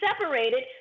separated